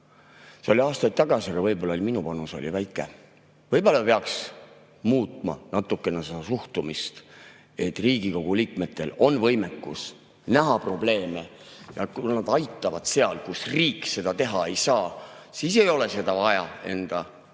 See oli aastaid tagasi, aga võib-olla minu panus oli väike. Võib-olla peaks muutma natukene seda suhtumist. Riigikogu liikmetel on võimekus näha probleeme ja kui nad aitavad seal, kus riik seda teha ei saa, siis ei ole seda vaja enda